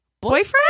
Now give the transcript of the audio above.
boyfriend